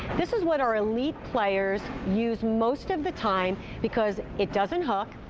this is what our elite players use most of the time because it doesn't hook,